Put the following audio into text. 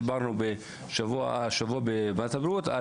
דיברנו על זה השבוע בוועדת הבריאות,